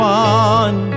one